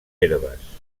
herbes